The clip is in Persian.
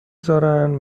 زارن